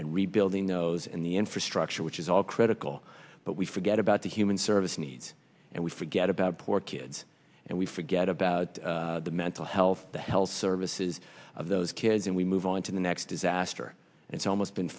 and rebuilding those in the infrastructure which is all critical but we forget about the human service needs and we forget about poor kids and we forget about the mental health the health services of those kids and we move on to the next disaster and it's almost been